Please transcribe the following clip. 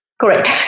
Correct